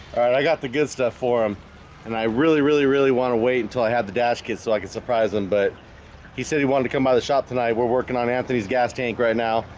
i got the good stuff for him and i really really really want to wait until i had the dash kit so i could surprise him, but he said he wanted to come by the shop tonight we're working on anthony's gas tank right now.